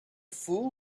fool